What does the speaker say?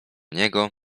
niego